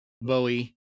Bowie